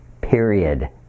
period